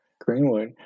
Greenwood